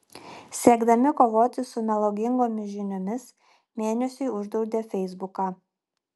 siekdami kovoti su melagingomis žiniomis mėnesiui uždraudė feisbuką